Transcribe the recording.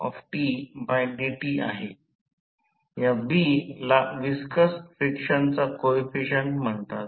या B ला viscous फ्रिक्शनचा कोइफिसिएंट म्हणतात